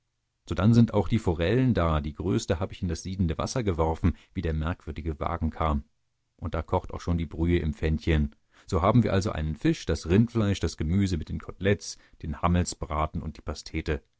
sodann sind auch die forellen da die größte habe ich in das siedende wasser geworfen wie der merkwürdige wagen kam und da kocht auch schon die brühe im pfännchen so haben wir also einen fisch das rindfleisch das gemüse mit den kotelettes den hammelbraten und die pastete